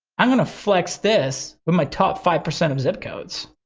i'm gonna flex this, but my top five percent of zip codes.